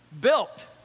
built